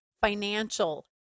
financial